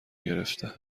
گرفته